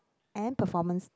and performance